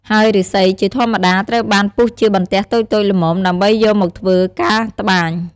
ហើយឫស្សីជាធម្មតាត្រូវបានពុះជាបន្ទះតូចៗល្មម ដើម្បីយកមកធ្វើការត្បាញ។